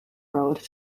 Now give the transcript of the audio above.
road